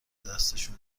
دستشون